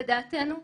לדעתנו,